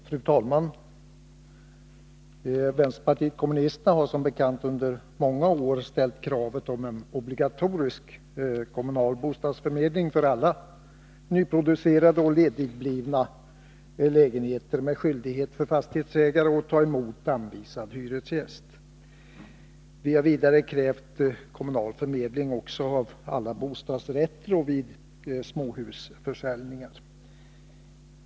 Fru talman! Vpk har som bekant under många år krävt en obligatorisk kommunal bostadsförmedling för alla nyproducerade och ledigblivna lägenheter med skyldighet för fastighetsägare att ta emot anvisad hyresgäst. Vi har vidare krävt kommunal förmedling vid försäljning av bostadsrätter och småhus.